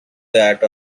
that